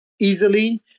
easily